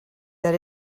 that